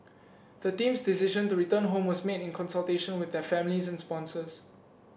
the team's decision to return home was made in consultation with their families and sponsors